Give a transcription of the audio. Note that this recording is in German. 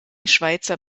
schweizer